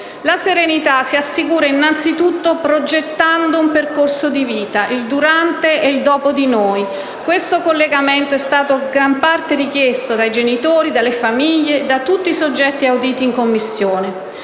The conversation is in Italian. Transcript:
La serenità si assicura innanzitutto progettando un percorso di vita, il durante e il "dopo di noi". Questo collegamento è stato richiesto dalla gran parte dei genitori, delle famiglie e da tutti i soggetti auditi in Commissione.